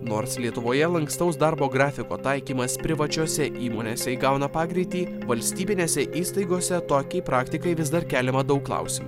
nors lietuvoje lankstaus darbo grafiko taikymas privačiose įmonėse įgauna pagreitį valstybinėse įstaigose tokiai praktikai vis dar keliama daug klausimų